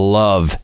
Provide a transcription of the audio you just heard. love